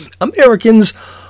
Americans